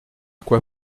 quoi